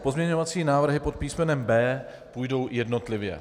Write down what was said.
Pozměňovací návrhy pod písmenem B půjdou jednotlivě?